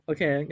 Okay